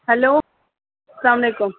hello السلام علیکُم